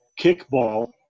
kickball